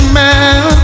man